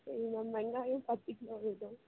சரி மேம் வெங்காயம் பத்து கிலோ வேணும்